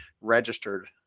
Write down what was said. registered